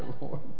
Lord